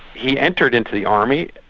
he entered into the army,